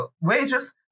wages